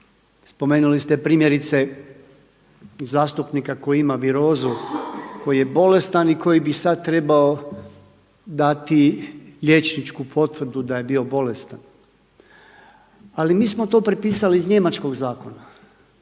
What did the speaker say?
Spomenuli ste primjerice zastupnika koji ima virozu, koji je bolestan i koji bi sad trebao dati liječničku potvrdu da je bi bolestan. Ali mi smo to prepisali iz njemačkog zakona.